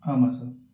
ஆமாம் சார்